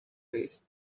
tastes